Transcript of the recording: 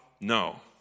No